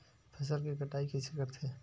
फसल के कटाई कइसे करथे?